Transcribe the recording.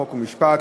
חוק ומשפט,